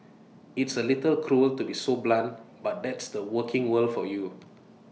it's A little cruel to be so blunt but that's the working world for you